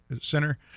Center